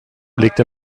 blickte